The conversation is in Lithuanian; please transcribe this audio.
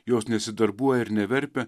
jos nesidarbuoja ir neverpia